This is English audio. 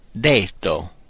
Detto